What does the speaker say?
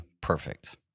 perfect